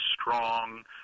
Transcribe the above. strong